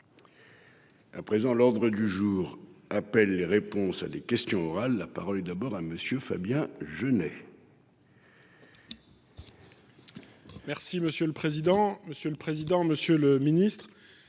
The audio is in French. À présent l'ordre du jour appelle les réponses à des questions orales la parole d'abord à monsieur Fabien Genêt. Merci monsieur le président, monsieur le président, Monsieur le Ministre.